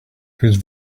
whose